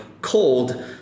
cold